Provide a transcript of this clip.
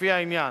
לפי העניין.